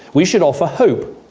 we should offer hope,